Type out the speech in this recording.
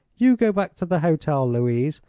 you go back to the hotel, louise,